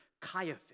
Caiaphas